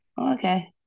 okay